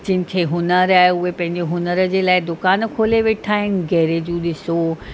जिन खे हुनरु आहे उहे पंहिंजे हुनर जे लाइ दुकान खोले वेठा आहिनि ॻैरजूं ॾिसो